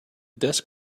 desk